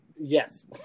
Yes